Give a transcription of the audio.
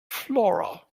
flora